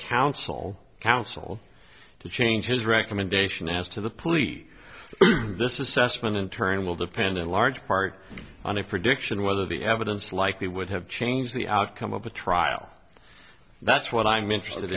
counsel counsel to change his recommendation as to the police this is sussman in turn will depend in large part on a prediction whether the evidence likely would have changed the outcome of a trial that's what i'm interested